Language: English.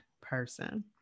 person